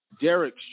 Derek